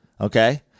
Okay